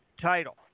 title